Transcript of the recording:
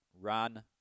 run